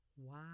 wow